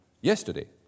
yesterday